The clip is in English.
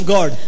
God